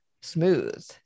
smooth